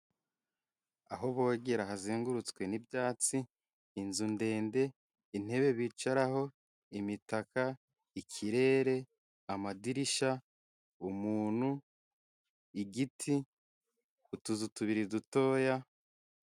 Aho bogera hazengurutswe n'ibyatsi, inzu ndende, intebe bicaraho, imitaka, ikirere, amadirishya, umuntu, igiti, utuzu tubiri dutoya.